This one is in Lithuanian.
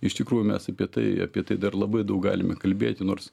iš tikrųjų mes apie tai apie tai dar labai daug galime kalbėti nors